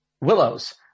willows